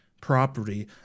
property